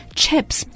chips